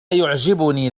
يعجبني